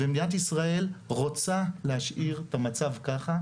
ומדינת ישראל רוצה להשאיר את המצב ככה,